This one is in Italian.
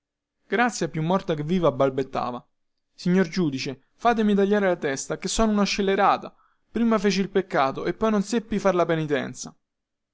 grazia più morta che viva balbettava signor giudice fatemi tagliare la testa chè sono una scellerata prima feci il peccato e poi non seppi far la penitenza